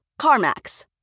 CarMax